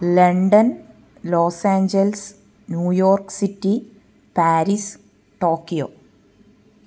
London los angels New York city Paris Tokyo